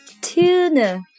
tuna